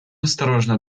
осторожно